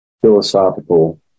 philosophical